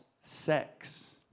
sex